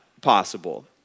possible